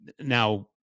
Now